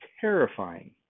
terrifying